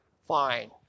Fine